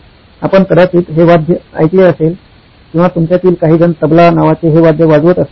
आपण कदाचित हे वाद्य ऐकले असेल किंवा तुमच्या तील काहीजण "तबला" नावाचे हे वाद्य वाजवत असतील